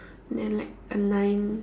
and then like a nine